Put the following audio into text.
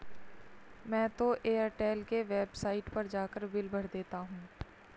मैं तो एयरटेल के वेबसाइट पर जाकर बिल भर देता हूं